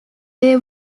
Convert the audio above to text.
they